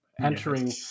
entering